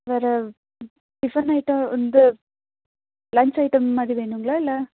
வேறு tiffin item வந்து lunch item மாதிரி வேணும்ங்களா இல்லை